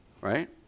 right